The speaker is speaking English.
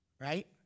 right